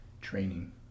training